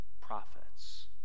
prophets